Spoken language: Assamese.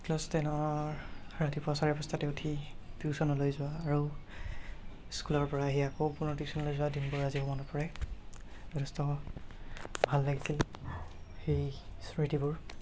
ক্লাছ টেনৰ ৰাতিপুৱা চাৰে পাঁচটাতে উঠি টিউচনলৈ যোৱা আৰু স্কুলৰপৰা আহি আকৌ পুনৰ টিউচনলৈ যোৱা দিনবোৰ আজিও মনত পৰে যথেষ্ট ভাল লাগিছিল সেই স্মৃতিবোৰ